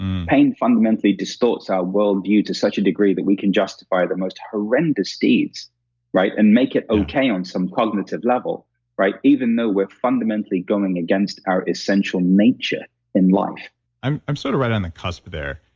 pain fundamentally distorts our world view to such a degree that we can justify the most horrendous deeds and make it okay on some cognitive level right? even though we're fundamentally going against our essential nature in life i'm i'm sort of right on the cusp there.